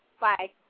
Bye